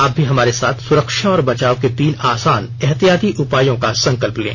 आप भी हमारे साथ सुरक्षा और बचाव के तीन आसान एहतियाती उपायों का संकल्प लें